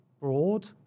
broad